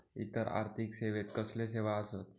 इतर आर्थिक सेवेत कसले सेवा आसत?